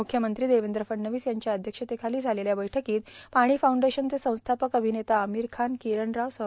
मुख्यमंत्री देवद्र फडणवीस यांच्या अध्यक्षतेखाली झालेल्या बैठकोत पानी फाउंडेशनचे संस्थापक अभिनेता आमीर खान र्किरण राव सहभागी झाले होते